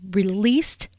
released